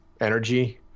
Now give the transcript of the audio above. energy